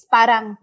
Parang